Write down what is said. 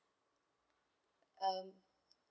um